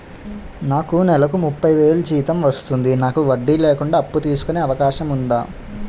నాకు నేలకు ముప్పై వేలు జీతం వస్తుంది నాకు వడ్డీ లేకుండా అప్పు తీసుకునే అవకాశం ఉందా